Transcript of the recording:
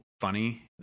funny